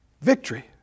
Victory